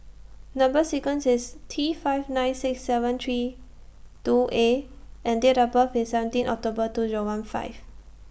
Number sequence IS T five nine six seven three two A and Date of birth IS seventeen October two Zero one five